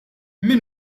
min